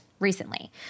recently